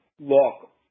look